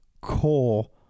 core